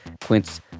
Quince